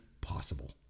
possible